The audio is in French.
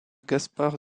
gaspard